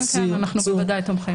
כן, כן, אנחנו בוודאי תומכים.